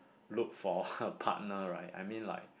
look for a partner right I mean like